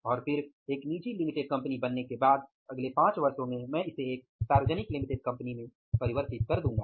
और फिर एक निजी लिमिटेड कंपनी बनने के बाद अगले पांच वर्षों में मैं इसे एक सार्वजनिक लिमिटेड कंपनी में परिवर्तित कर दूंगा